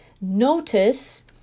notice